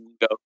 go